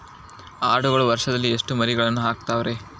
ಆಡುಗಳು ವರುಷದಲ್ಲಿ ಎಷ್ಟು ಮರಿಗಳನ್ನು ಹಾಕ್ತಾವ ರೇ?